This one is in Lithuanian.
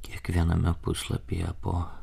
kiekviename puslapyje po